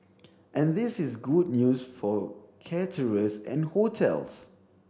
and this is good news for caterers and hotels